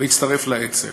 והצטרף לאצ"ל.